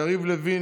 יריב לוין,